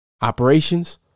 operations